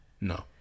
no